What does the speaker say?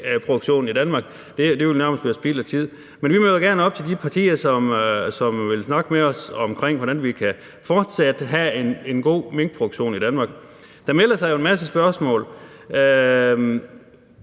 minkproduktionen i Danmark. Det ville nærmest være spild af tid. Men vi møder gerne op hos de partier, som vil snakke med os om, hvordan vi fortsat kan have en god minkproduktion i Danmark. Der melder sig jo en masse spørgsmål.